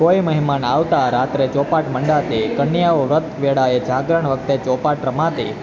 કોઈ મહેમાન આવતા રાત્રે ચોપાટ મંડાતી કન્યાઓ વ્રત વેળાએ જાગરણ વખતે ચોપાટ રમાતી